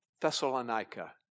Thessalonica